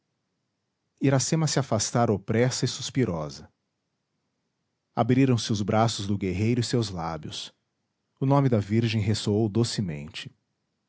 iracema se afastara opressa e suspirosa abriram-se os braços do guerreiro e seus lábios o nome da virgem ressoou docemente